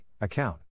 account